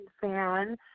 fan